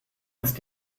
ist